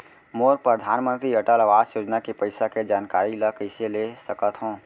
मोर परधानमंतरी अटल आवास योजना के पइसा के जानकारी ल कइसे ले सकत हो?